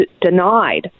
denied